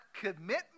commitment